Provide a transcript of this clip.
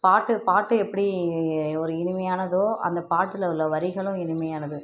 பாட்டு பாட்டு எப்படி ஒரு இனிமையானதோ அந்த பாட்டில் உள்ள வரிகளும் இனிமையானது